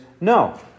no